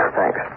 Thanks